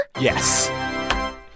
Yes